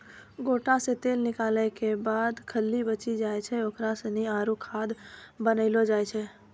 गोटा से तेल निकालो के बाद जे खल्ली बची जाय छै ओकरा सानी आरु खाद बनैलो जाय छै